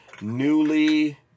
newly